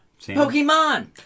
Pokemon